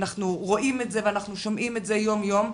אנחנו רואים את זה ואנחנו שומעים את זה יום-יום.